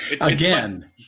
Again